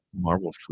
Marvel